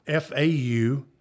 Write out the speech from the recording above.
fau